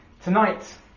Tonight